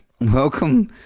welcome